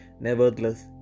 nevertheless